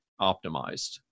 optimized